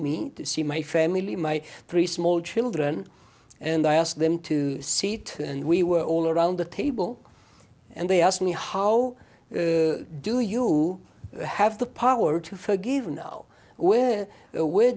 me to see my family my three small children and i asked them to seat and we were all around the table and they asked me how do you have the power to forgive know where or where